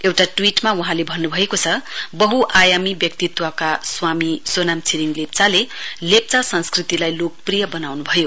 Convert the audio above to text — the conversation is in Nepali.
एउटा ट्वीटमा वहाँले भन्नभएको छ वहुआयामी व्यक्तित्वका स्वामी सोनाम छिरिङ लेप्चाले लेप्चा संस्कृतिलाई लोकप्रिय वनाउनुभयो